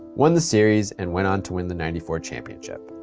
won the series, and went on to win the ninety four championship.